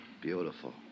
Beautiful